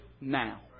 now